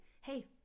hey